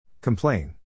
Complain